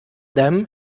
them